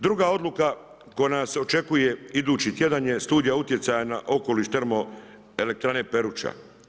Druga odluka koja nas očekuje idući tjedan je studija utjecaja na okoliš Termoelektrane Peruća.